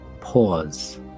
Pause